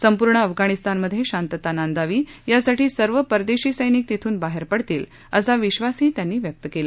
संपूर्ण अफगाणीस्तानमध्ये शांतता नांदावी यासाठी सर्व परदेशी सैनिक तिथून बाहेर पडतील असा विश्वासही त्यांनी व्यक्त केला